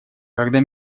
когда